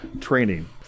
Training